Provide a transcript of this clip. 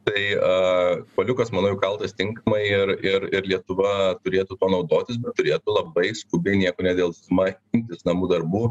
tai a kuoliukas manau įkaltas tinkamai ir ir ir lietuva turėtų tuo naudotis turėtų labai skubiai nieko nedelsdama imtis namų darbų